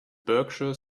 berkshire